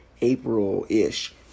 April-ish